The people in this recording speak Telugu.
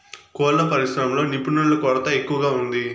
కోళ్ళ పరిశ్రమలో నిపుణుల కొరత ఎక్కువగా ఉంది